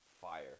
fire